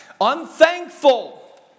unthankful